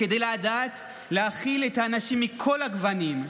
כדי לדעת להכיל את האנשים מכל הגוונים.